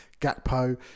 Gakpo